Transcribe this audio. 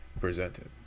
presented